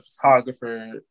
photographer